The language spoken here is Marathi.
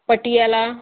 पतियाळा